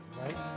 right